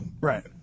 Right